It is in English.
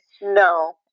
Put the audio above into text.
no